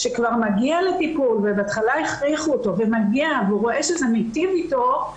שכבר מגיע לטיפול למרות שבהתחלה הכריחו אותו ורואה שזה מיטיב אתו,